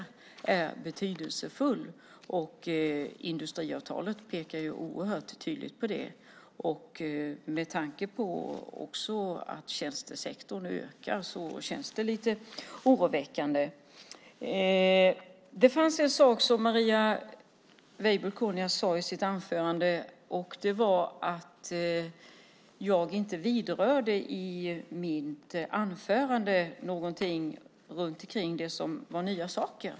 Det är betydelsefullt. Industriavtalet pekar oerhört tydligt på det. Med tanke på att tjänstesektorn också ökar känns det lite oroväckande. Marie Weibull Kornias sade i sitt anförande att jag i mitt anförande inte vidrörde något om vad som är nya saker.